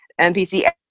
NPC